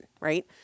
right